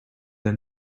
then